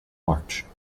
march